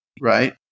Right